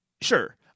Sure